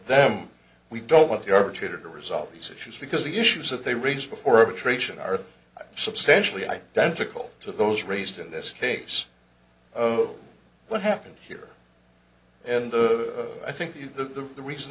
them we don't want the arbitrator to resolve these issues because the issues that they raised before attrition are substantially identical to those raised in this case of what happened here and i think the the reason